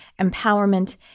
empowerment